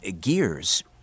gears